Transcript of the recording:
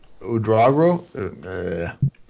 Udrago